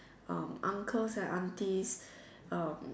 um uncles and aunties um